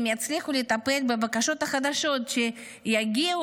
אם יצליחו לטפל בבקשות החדשות שיגיעו,